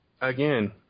Again